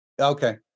Okay